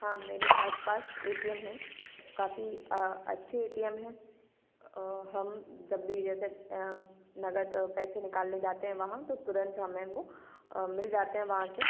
हाँ मेरे आसपास ए टी एम हैं काफ़ी अ अच्छे ए टी एम हैं अ हम जब भी जैसे अ नगद अ पैसे निकालने जाते हैं वहाँ तो तुरंत हमें वो अ मिल जाते हैं वहाँ से